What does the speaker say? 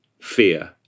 fear